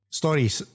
stories